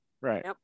Right